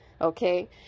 okay